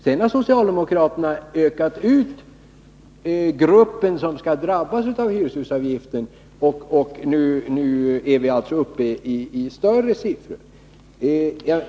Sedan har socialdemokraterna ökat ut den grupp som skall drabbas av hyreshusavgiften, och nu är vi alltså uppe i större siffror.